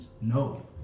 No